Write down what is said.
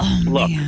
Look